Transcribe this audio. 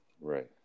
right